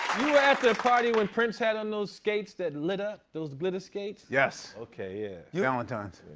at the party when prince had on those skates that lit up? those glitter skates? yes. okay, yeah. valentine's.